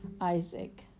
Isaac